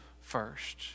first